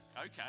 okay